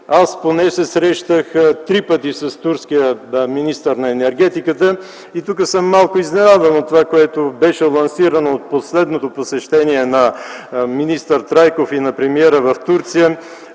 аз поне се срещах три пъти с турския министър на енергетиката. Тук съм малко изненадан от това, което беше лансирано от последното посещение на министър Трайков и на премиера в Турция.